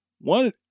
One